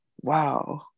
Wow